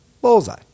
Bullseye